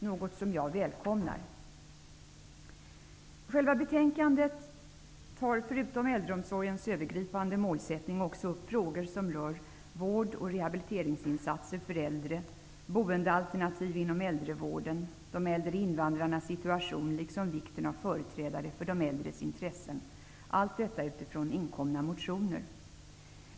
Detta välkomnar jag. I själva betänkandet tas förutom äldreomsorgens övergripande målsättning också upp frågor som rör vård och rehabiliteringsinsatser för äldre, boendealternativ inom äldrevården, de äldre invandrarnas situation liksom vikten av företrädare för de äldres intressen. Dessa ämnen behandlas utifrån inkomna motioner.